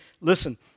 listen